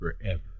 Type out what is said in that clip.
forever